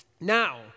Now